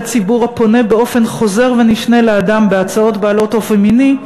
ציבור הפונה באופן חוזר ונשנה לאדם בהצעות בעלות אופי מיני,